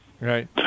right